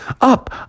up